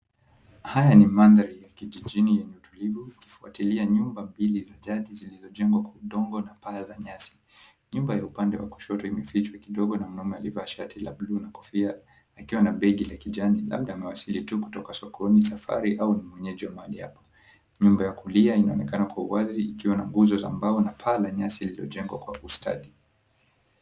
Haya ni mandhari ya kijijini yenye utulivu ikifuatilia nyumba mbili za jadi zilizojengwa kwa udongo na paa za nyasi. Nyumba ya upande wa kushoto imefichwa kidogo na mume alivaa shati la blue na kofia akiwa na begi la kijani. Labda amewasili tu kutoka sokoni safari au ni mwenyeji wa mahali hapa. Nyumba ya kulia inaonekana kwa uwazi ikiwa na nguzo za mbao na paa la nyasi lililojengwa kwa ustadi.